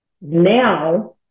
Now